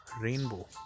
rainbow